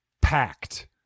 packed